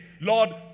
Lord